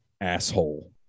asshole